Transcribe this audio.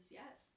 yes